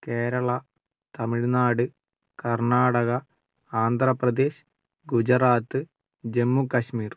Kerala Tamil Nadu Karnataka Andhra Pradesh Gujarat Jammu Kashmir